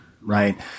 right